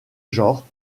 genre